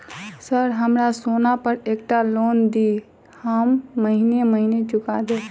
Sir हमरा सोना पर एकटा लोन दिऽ हम महीने महीने चुका देब?